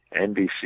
NBC